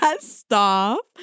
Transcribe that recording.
Stop